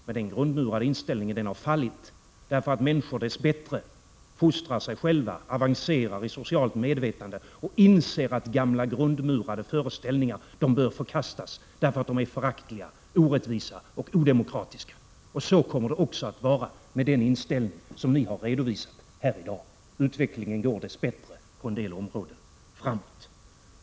Men den grundmurade inställningen har fallit därför att människor dess bättre fostrar sig själva, avancerar i socialt medvetande och inser att gamla grundmurade föreställningar bör förkastas därför att de är föraktliga, orättvisa och odemokratiska. Så kommer det också att vara med den inställning ni har redovisat här i dag. Utvecklingen går dess bättre på en del områden framåt.